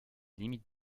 limites